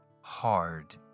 hard